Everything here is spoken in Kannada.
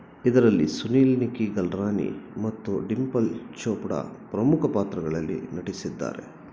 ಇದರಲ್ಲಿ ಸುನೀಲ್ ನಿಕ್ಕಿ ಗಲ್ರಾನಿ ಮತ್ತು ಡಿಂಪಲ್ ಚೋಪ್ಡಾ ಪ್ರಮುಖ ಪಾತ್ರಗಳಲ್ಲಿ ನಟಿಸಿದ್ದಾರೆ